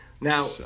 Now